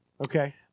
Okay